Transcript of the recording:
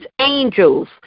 angels